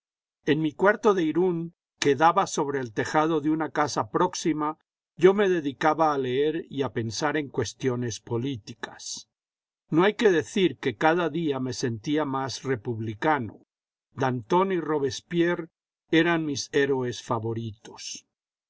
en mi cuarto de irún que daba sobre el tejado de una casa próxima yo me dedicaba a leer y a pensar en cuestiones políticas no hay que decir que cada día me sentía más republicano danton y robespierre eran mis héroes favoritos